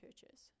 churches